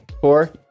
Four